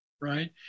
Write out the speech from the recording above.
right